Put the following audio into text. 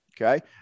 okay